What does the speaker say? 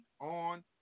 on